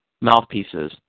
mouthpieces